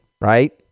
right